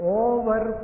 over